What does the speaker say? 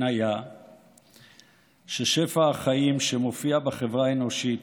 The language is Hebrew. איה ששפע החיים שמופיע בחברה האנושית,